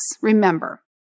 Remember